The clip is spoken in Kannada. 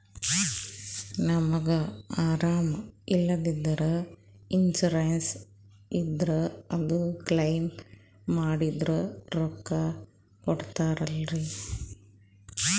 ನಮಗ ಅರಾಮ ಇಲ್ಲಂದ್ರ ಇನ್ಸೂರೆನ್ಸ್ ಇದ್ರ ಅದು ಕ್ಲೈಮ ಮಾಡಿದ್ರ ರೊಕ್ಕ ಕೊಡ್ತಾರಲ್ರಿ?